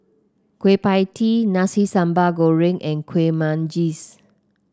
Kueh Pie Tee Nasi Sambal Goreng and Kueh Manggis